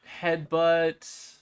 Headbutt